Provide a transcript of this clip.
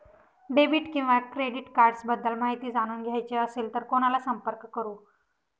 Debit किंवा credit cards बद्दल माहिती जाणून घ्यायची असेल तर कोणाला संपर्क करु?